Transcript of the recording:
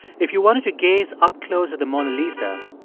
if you wanted to gaze up close at the mona lisa,